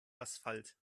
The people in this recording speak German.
asphalt